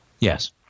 Yes